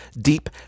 deep